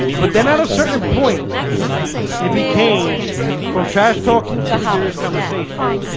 but they're not a certain point if he came from trash talking to serious conversations,